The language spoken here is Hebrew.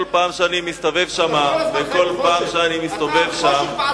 אתה החושך.